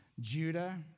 Judah